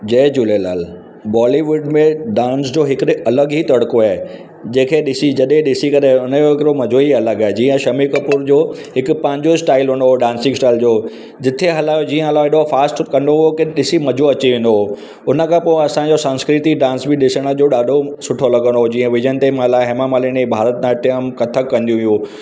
जय Jhulelal Bollywood में dance जो हिकिड़े अलॻि ही तड़को आहे जेके ॾिसी जॾहिं ॾिसी करे हुनजो हिकिड़ो मज़ो ई अलॻि आहे जीअं शम्मी कपूर जो हिकु पंहिंजो स्टाइल हूंदो हो डांसिंग स्टाइल जो जिथे हलायो जीअं हलायो हेॾो फास्ट कंदो हो कि ॾिसी मज़ो अची वेंदो हो हुन खां पोइ असांजो संस्कृति डांस बि ॾिसण जो ॾाढो सुठो लॻंदो हो जीअं वैजयंतीमाला हेमा मालिनी भरत नाट्यम कथक कंदियूं हुयूं